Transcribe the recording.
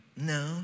no